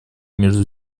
между